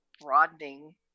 broadening